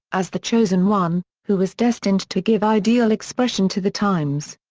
as the chosen one who was destined to give ideal expression to the times.